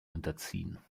unterziehen